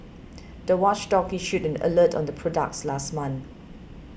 the watchdog issued an alert on the products last month